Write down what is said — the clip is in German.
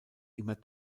immer